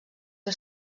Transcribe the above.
que